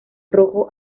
rojo